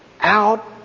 out